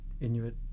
Inuit